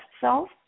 self